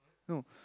no